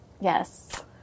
Yes